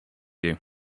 you